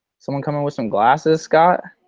someone coming with some glasses, scott.